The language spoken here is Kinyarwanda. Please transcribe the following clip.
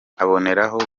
aboneraho